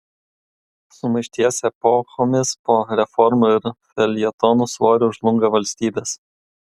sumaišties epochomis po reformų ir feljetonų svoriu žlunga valstybės